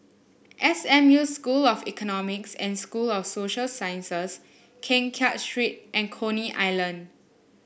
S M U School of Economics and School of Social Sciences Keng Kiat Street and Coney Island